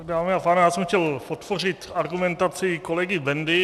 Dámy a pánové, chtěl jsem podpořit argumentaci kolegy Bendy.